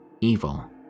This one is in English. evil